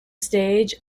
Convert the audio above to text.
stage